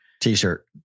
T-shirt